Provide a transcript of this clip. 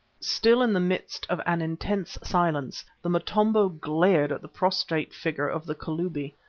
still in the midst of an intense silence, the motombo glared at the prostrate figure of the kalubi.